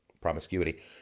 promiscuity